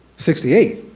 sixty eight.